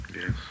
Yes